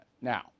Now